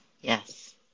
yes